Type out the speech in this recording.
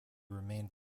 remained